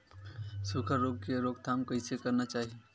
सुखा रोग के रोकथाम कइसे करना चाही?